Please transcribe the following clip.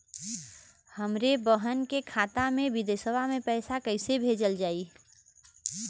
हमरे बहन के खाता मे विदेशवा मे पैसा कई से भेजल जाई?